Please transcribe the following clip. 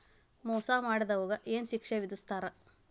ಮೋಸಾ ಮಾಡಿದವ್ಗ ಏನ್ ಶಿಕ್ಷೆ ವಿಧಸ್ತಾರ?